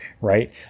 Right